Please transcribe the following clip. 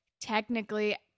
technically